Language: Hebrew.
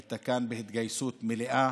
היינו כאן בהתגייסות מלאה